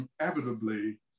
inevitably